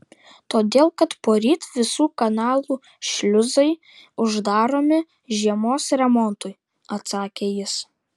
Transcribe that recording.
todėl kad poryt visų kanalų šliuzai uždaromi žiemos remontui atsakė jis